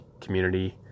community